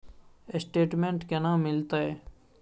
Statement केना मिलते?